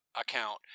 account